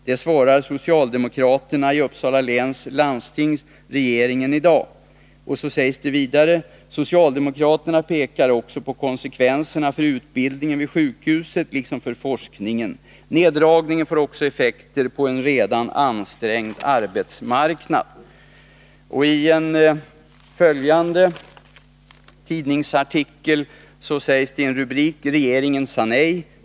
Det svarar socialdemokraterna i Uppsala läns landsting regeringen i dag.” Vidare sägs det: ”Socialdemokraterna pekar också på konsekvenserna för utbildningen vid sjukhuset liksom för forskningen. Neddragningen får också effekter på en redan ansträngd arbetsmarknad.” I en följande tidningsartikel sägs bl.a.: ”Regeringen sade nej.